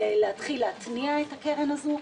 להתחיל להניע את הקרן הזו,